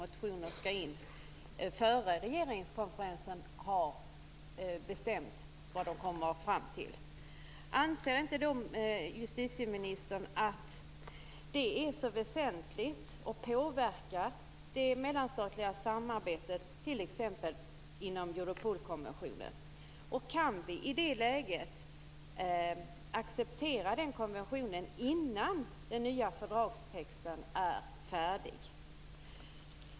Motioner skall väckas innan regeringskonferensen har fattat sitt beslut. Anser då inte justitieministern att det är väsentligt att påverka det mellanstatliga samarbetet, t.ex. inom Europolkonventionen? Kan vi i det läget acceptera konventionen innan den nya fördragstexten är färdig?